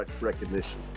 recognition